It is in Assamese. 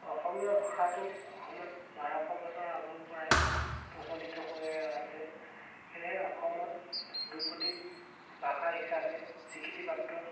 অসমীয়া ভাষাটো অসমত বাৰশ বছৰ আগৰপৰাই প্ৰচলিত হৈ আছে সেয়েহে অসমত ধ্ৰুপদী ভাষা হিচাপে স্বীকৃতিপ্ৰাপ্ত